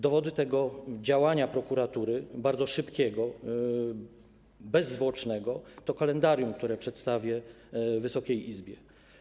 Dowody tego działania prokuratury - bardzo szybkiego, bezzwłocznego - to kalendarium, które przedstawię Wysokiej Izbie.